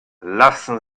lassen